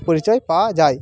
পরিচয় পাওয়া যায়